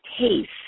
taste